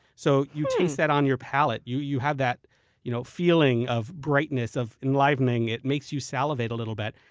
so you taste that on your palate, you you have that you know feeling of brightness, of enlivening, it makes you salivate a little bit.